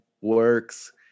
works